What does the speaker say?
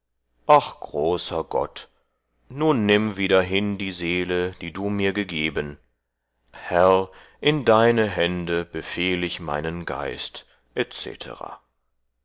ach großer gott nun nimm wieder hin die seele die du mir gegeben herr in deine hände befehl ich meinen geist